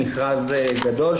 מכרז גדול,